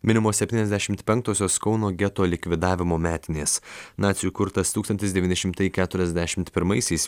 minimos septyniasdešimt penktosios kauno geto likvidavimo metinės nacių įkurtas tūkstantis devyni šimtai keturiasdešimt pirmaisiais